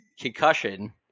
concussion